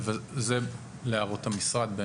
זה להערות המשרד,